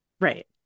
Right